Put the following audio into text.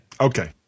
Okay